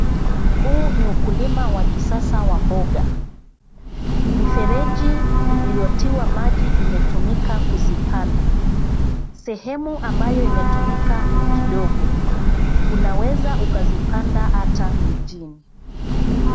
Huu ni ukulima wa kisasa wa mboga. Mifereji iliyotiwa maji, imetumika kuzipanda. Sehemu ambayo imetumika ni kidogo. Unaweza ukazipanda hata mijini.